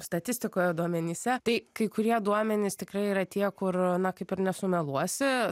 statistikoje duomenyse tai kai kurie duomenys tikrai yra tie kur na kaip ir nesumeluosi